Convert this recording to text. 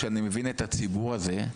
שאני מבין את הציבור הזה,